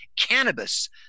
Cannabis